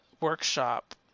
workshop